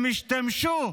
הם השתמשו,